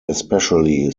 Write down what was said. especially